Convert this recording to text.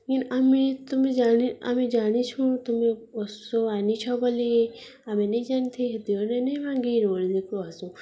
କି ଆମେ ତୁମେ ଜାଣି ଆମେ ଜାଣିଛୁଁ ତୁମେ ଔଷଧ ଆଣିଛ ବୋଲି ଆମେ ନାଇଁ ଜାଣିଥାଇ ହେଥିଲାଗି ଦ ନେଇଁ ମାଗି ରୋଡ଼ରେକୁ ଆସୁ